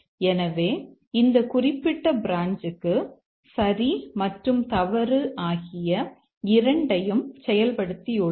எனவே இந்த குறிப்பிட்ட பிரான்ச்க்கு சரி மற்றும் தவறு ஆகிய இரண்டையும் செயல்படுத்தி உள்ளோம்